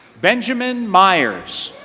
benjamin meyers